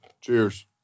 Cheers